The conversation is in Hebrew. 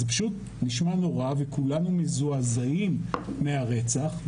זה נשמע נורא וכולנו מזועזעים מהרצח.